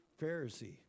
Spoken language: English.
Pharisee